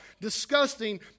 disgusting